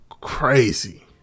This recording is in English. Crazy